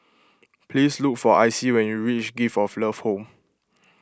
please look for Icey when you reach Gift of Love Home